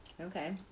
Okay